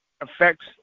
affects